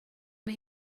mae